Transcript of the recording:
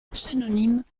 pseudonyme